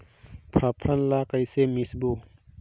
फाफण ला कइसे मिसबो?